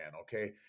Okay